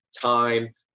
time